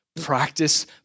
Practice